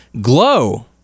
glow